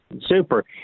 Super